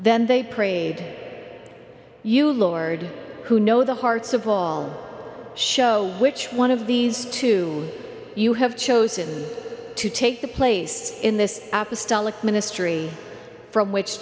then they prayed you lord who know the hearts of all show which one of these two you have chosen to take the place in this apple style of ministry from which